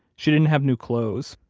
she didn't have new clothes.